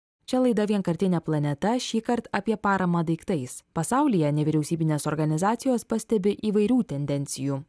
čia laida vienkartinė planeta šįkart apie paramą daiktais pasaulyje nevyriausybinės organizacijos pastebi įvairių tendencijų